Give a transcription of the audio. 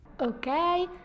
Okay